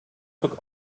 zog